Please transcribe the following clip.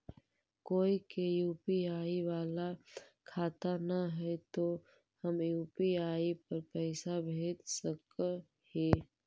कोय के यु.पी.आई बाला खाता न है तो हम यु.पी.आई पर भेज सक ही?